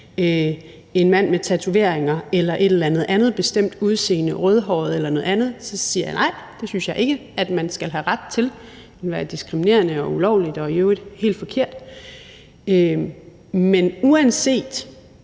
en mand med tatoveringer, en rødhåret eller nogen med et andet bestemt udseende, så siger jeg nej – det synes jeg ikke man skal have ret til. Det vil være diskriminerende og ulovligt og i øvrigt helt forkert. Men uanset